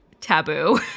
taboo